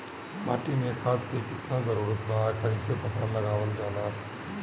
माटी मे खाद के कितना जरूरत बा कइसे पता लगावल जाला?